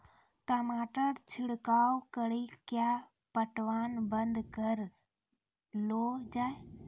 टमाटर छिड़काव कड़ी क्या पटवन बंद करऽ लो जाए?